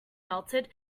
melted